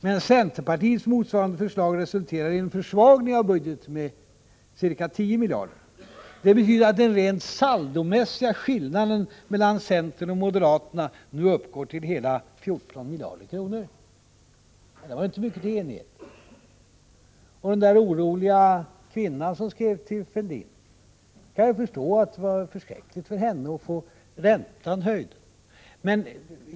Men centerpartiets motsvarande förslag resulterar i en försvagning av budgeten med ca 10 miljarder. Det betyder att den rent saldomässiga skillnaden mellan centern och moderaterna nu uppgår till hela 14 miljarder kronor. Detta var inte mycket till enighet. När det gäller den kvinna som skrev till Fälldin så kan jag förstå att det var förskräckligt för henne att få räntan höjd.